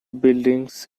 buildings